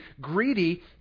greedy